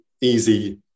easy